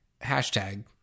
hashtag